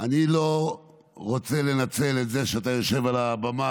אני לא רוצה לנצל את זה שאתה יושב על הבמה,